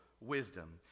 wisdom